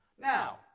Now